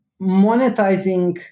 monetizing